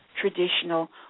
traditional